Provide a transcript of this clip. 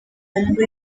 ngo